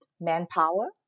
Manpower